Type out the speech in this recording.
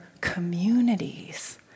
communities